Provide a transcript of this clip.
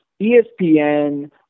ESPN